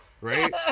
Right